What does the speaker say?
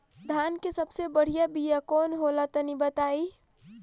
धान के सबसे बढ़िया बिया कौन हो ला तनि बाताई?